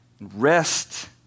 Rest